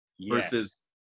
versus